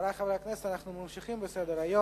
חברי חברי הכנסת, אנחנו ממשיכים בסדר-היום: